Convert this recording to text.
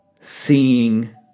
seeing